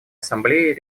ассамблеей